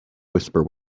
whisper